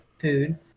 food